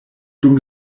dum